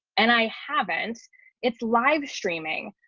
and i haven't it's live streaming.